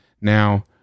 Now